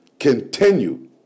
continue